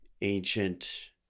ancient